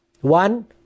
One